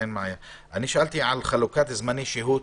שאלתי על חלוקת זמני שהות